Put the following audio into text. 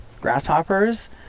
grasshoppers